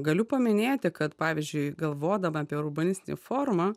galiu paminėti kad pavyzdžiui galvodama apie urbanistinį forumą